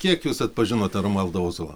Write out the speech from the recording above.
kiek jūs atpažinote romualdą ozolą